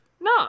No